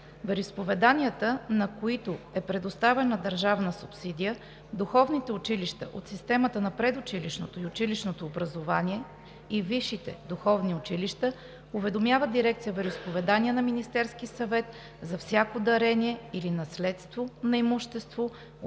Вероизповеданията, на които е предоставена държавна субсидия, духовните училища от системата на предучилищното и училищното образование и висшите духовни училища, уведомяват Дирекция „Вероизповедания“ на Министерски съвет за всяко дарение или наследство на имущество